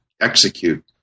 execute